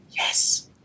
Yes